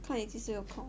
看你几时有空